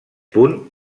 punt